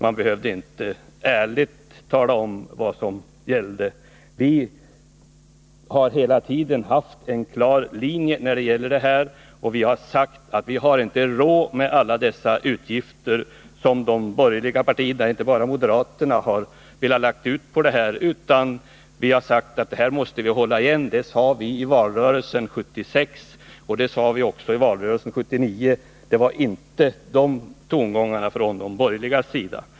Man behövde inte ärligt tala om vad som gällde. Vi har hela tiden haft en klar linje och sagt att vi inte har råd med alla dessa utgifter som de borgerliga partierna — inte bara moderaterna — har föreslagit på detta område. Vi har sagt att vi måste hålla igen. Det sade vi i valrörelsen 1976 och även i valrörelsen 1979. De tongångarna hördes inte från de borgerligas sida.